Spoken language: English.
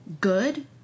good